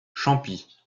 champis